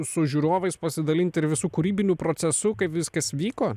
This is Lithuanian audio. su žiūrovais pasidalint ir visu kūrybiniu procesu kaip viskas vyko